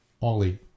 Ollie